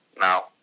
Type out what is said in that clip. now